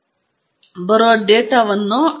ನೀವು ಆಕಸ್ಮಿಕ ವಿಧಾನದಲ್ಲಿ ಮಾಡುತ್ತಿದ್ದೀರಿ ಎಂದು ಅರ್ಥವಲ್ಲ